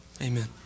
amen